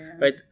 right